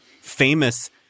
famous